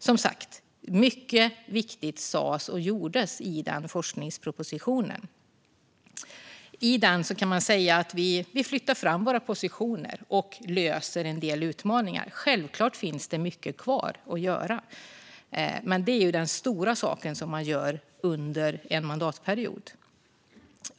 Som sagt: Mycket viktigt sas och gjordes i den forskningspropositionen. Man kan säga att vi flyttade fram våra positioner och löste en del utmaningar. Självklart finns det mycket kvar att göra, men detta är den stora saken som man behandlar under en mandatperiod.